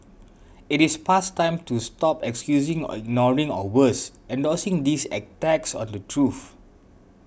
it is past time to stop excusing or ignoring or worse endorsing these attacks on the truth